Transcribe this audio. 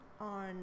on